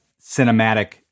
cinematic